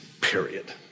period